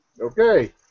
Okay